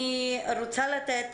אני רוצה לתת